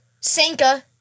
Sanka